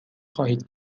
خواهید